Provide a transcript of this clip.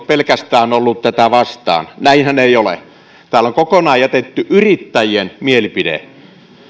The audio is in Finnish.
pelkästään tätä vastaan näinhän ei ole täällä on kokonaan jätetty huomiotta yrittäjien mielipide